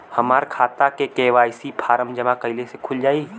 हमार खाता KYC form जमा कइले से खुल जाई?